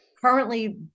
currently